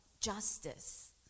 justice